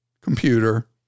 computer